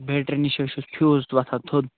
battery نِش حظ چھُس فیوز وَتھان تھوٚد